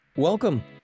Welcome